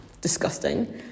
disgusting